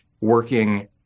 working